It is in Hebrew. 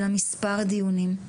אלא מספר דיונים,